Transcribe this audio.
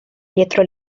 dietro